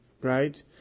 right